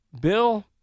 Bill